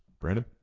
Brandon